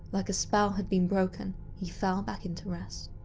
like a spell had been broken, he fell back into rest.